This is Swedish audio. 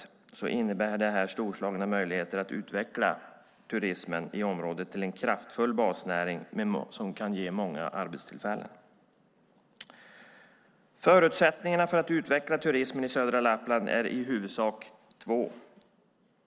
Sammantaget innebär detta stora möjligheter att utveckla turismen i området till en kraftfull basnäring som kan ge många arbetstillfällen. Förutsättningarna för att utveckla turismen i södra Lappland är i huvudsak två.